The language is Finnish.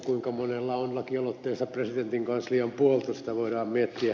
kuinka monella on lakialoitteessaan presidentin kanslian puolto sitä voidaan miettiä